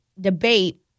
debate